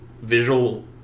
visual